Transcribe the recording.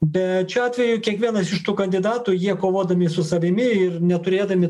bet šiuo atveju kiekvienas iš tų kandidatų jie kovodami su savimi ir neturėdami